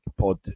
pod